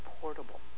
portable